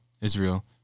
Israel